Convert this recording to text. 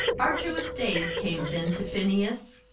arduous days came then to phineas.